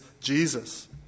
Jesus